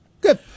Good